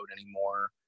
anymore